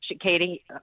Katie